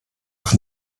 auf